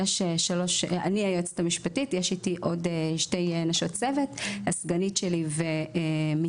אני היועצת המשפטית ויש איתי עוד שתי נשות צוות הסגנית שלי ומתמחה.